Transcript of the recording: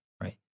right